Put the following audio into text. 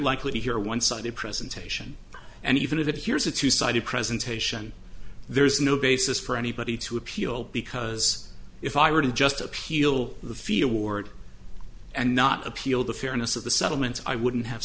likely to hear one sided presentation and even if it hears a two sided presentation there is no basis for anybody to appeal because if i were to just appeal the fia ward and not appeal the fairness of the settlement i wouldn't have